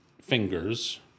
fingers